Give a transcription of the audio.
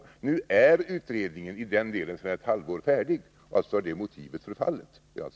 I den delen är utredningen färdig sedan ett halvår, och alltså har det motivet förfallit.